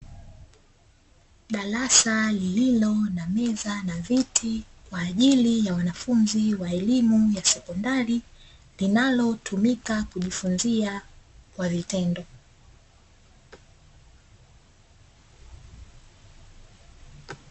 Darasa lililo na meza na viti, kwa ajili ya wanafunzi wa elimu ya sekondari linalotumika kujifunzia kwa vitendo.